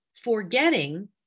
forgetting